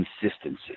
consistency